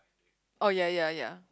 oh ya ya ya